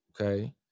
Okay